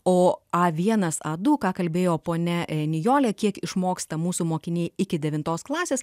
o a vienas a du ką kalbėjo ponia nijolė kiek išmoksta mūsų mokiniai iki devintos klasės